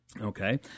Okay